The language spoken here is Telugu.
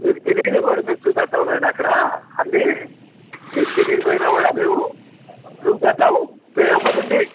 మీకు తెలియనివి కూడా మేము చూపెడతామండి అక్కడ అన్నీ మీకు తెలియకపోయినా కూడా మేము చూపెడతాం మేం వెంబడి ఉండి